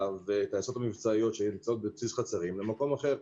ואת הטייסות המבצעיות שנמצאים בבסיס חצרים למקום אחר.